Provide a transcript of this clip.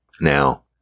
Now